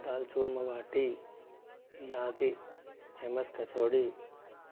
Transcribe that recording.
दाल चूरमा बाटी यहाँ की फेमस कचोड़ी